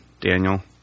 Daniel